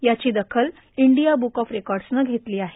याची दखल India book of रेकॉर्सनं घेतली आहे